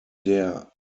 der